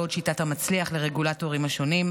לא עוד שיטת המצליח לרגולטורים השונים,